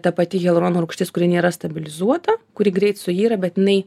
ta pati hialurono rūgštis kuri nėra stabilizuota kuri greit suyra bet jinai